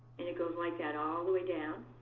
and it goes like that all the way down.